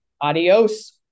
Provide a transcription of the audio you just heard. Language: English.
Adios